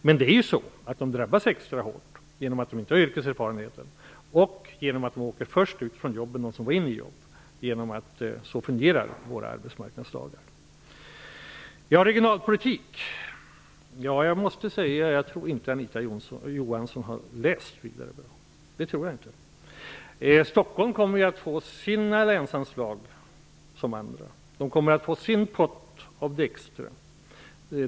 Men visst drabbas ungdomarna extra hårt genom att de saknar yrkeserfarenhet och genom att de som kommer in på ett jobb åker ut först, eftersom våra arbetsmarknadslagar fungerar på det sättet. Jag måste säga att jag inte tror att Anita Johansson har läst på vidare bra när det gäller regionalpolitiken. Stockholm kommer att få sitt länsanslag precis som andra, och Stockholm kommer att få sin del av extrapotten.